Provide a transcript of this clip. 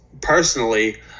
Personally